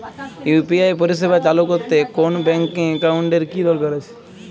UPI পরিষেবা চালু করতে কোন ব্যকিং একাউন্ট এর কি দরকার আছে?